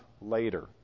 later